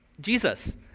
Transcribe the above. Jesus